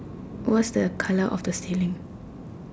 what's the colour of the ceiling